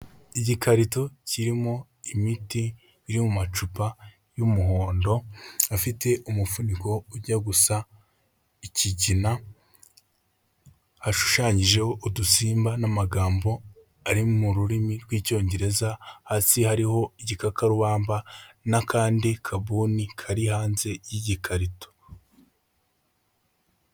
Igikarito kirimo imiti iri mu macupa y'umuhondo, afite umufuniko ujya gusa ikigina, hashushanyijeho udusimba n'amagambo ari mu rurimi rw'icyongereza, hasi hariho igikakarubamba n'akandi kabuni kari hanze y'igikarito.